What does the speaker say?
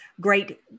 great